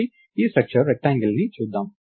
కాబట్టి ఈ structure rectangle ని చూద్దాం